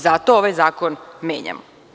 Zato ovaj zakon menjamo.